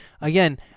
again